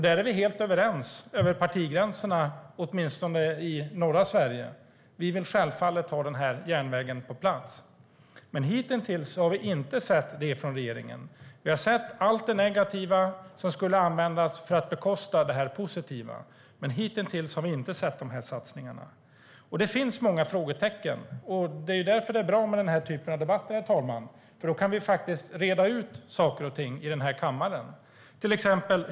Där är vi helt överens över partigränserna, åtminstone i norra Sverige. Vi vill självfallet ha denna järnväg på plats. Hitintills har vi dock inte sett detta från regeringen. Vi har bara sett allt det negativa som skulle användas för att bekosta detta positiva. Det finns många frågetecken. Därför är det bra med den här typen av debatter, herr talman. Då kan vi reda ut saker och ting i den här kammaren.